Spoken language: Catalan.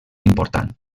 important